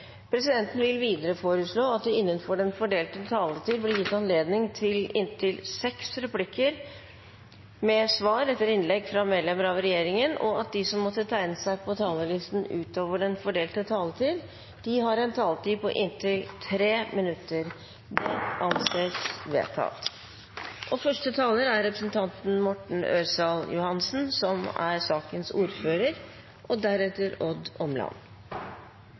vil presidenten foreslå at det – innenfor den fordelte taletid – blir gitt anledning til replikkordskifte på inntil seks replikker med svar etter innlegg fra medlemmer av regjeringen, og at de som måtte tegne seg på talerlisten utover den fordelte taletid, får en taletid på inntil 3 minutter. – Det anses vedtatt.